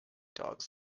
dogs